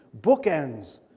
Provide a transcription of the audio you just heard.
Bookends